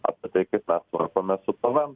apie tai kaip mes tvarkomės su pvm